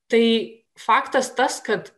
tai faktas tas kad